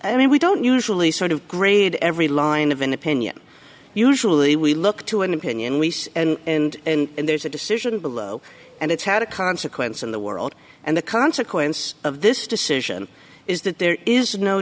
i mean we don't usually sort of grade every line of an opinion usually we look to an opinion we see and there's a decision below and it's had a consequence in the world and the consequence of this decision is that there is no